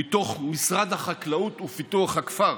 מתוך משרד החקלאות ופיתוח הכפר.